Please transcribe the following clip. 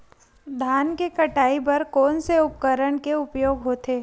धान के कटाई बर कोन से उपकरण के उपयोग होथे?